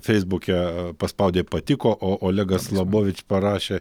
feisbuke paspaudė patiko o olegas labovič parašė